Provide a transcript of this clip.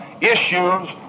issues